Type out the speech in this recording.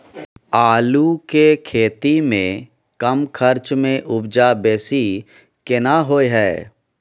आलू के खेती में कम खर्च में उपजा बेसी केना होय है?